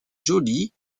joli